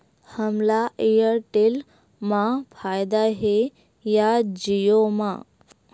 हमला एयरटेल मा फ़ायदा हे या जिओ मा?